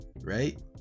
right